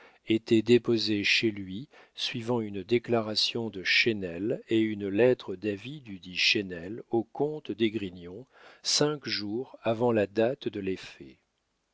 était déposé chez lui suivant une déclaration de chesnel et une lettre d'avis dudit chesnel au comte d'esgrignon cinq jours avant la date de